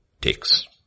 takes